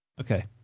Okay